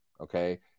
okay